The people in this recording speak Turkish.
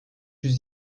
yüz